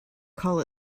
call